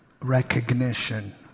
recognition